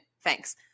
Thanks